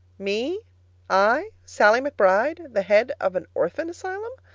me i, sallie mcbride, the head of an orphan asylum!